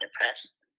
depressed